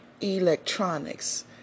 electronics